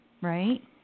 Right